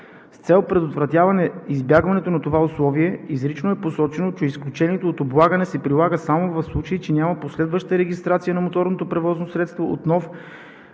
С цел предотвратяване избягването на това условие изрично е посочено, че изключението от облагане се прилага само в случай че няма последваща регистрация на моторното превозно средство от нов